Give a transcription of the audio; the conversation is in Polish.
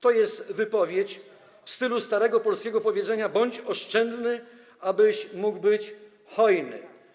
To jest wypowiedź w stylu starego polskiego powiedzenia: bądź oszczędny, abyś mógł być hojny.